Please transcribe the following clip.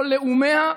כל לאומיה,